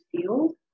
field